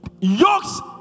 Yokes